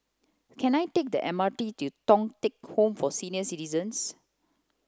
Can I take the M R T to Thong Teck Home for Senior Citizens